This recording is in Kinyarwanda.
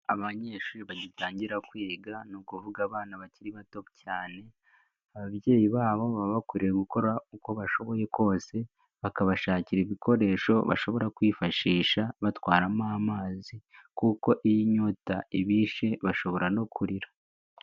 Abanyeshuri bagitangira kwiga ni ukuvuga abana bakiri bato cyane, ababyeyi babo baba bakwiriye gukora uko bashoboye kose bakabashakira ibikoresho bashobora kwifashisha batwaramo amazi, kuko inyota ibishe bashobora no kurira.